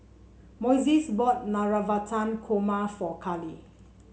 Moises bought Navratan Korma for Carlee